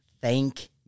thank